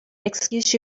excuse